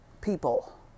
people